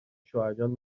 شوهرجان